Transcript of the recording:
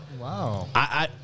Wow